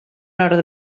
nord